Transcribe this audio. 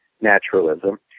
naturalism